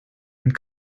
and